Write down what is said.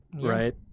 right